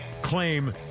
claim